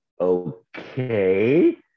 Okay